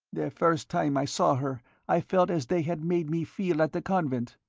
the first time i saw her i felt as they had made me feel at the convent.